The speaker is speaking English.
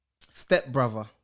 stepbrother